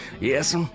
Yes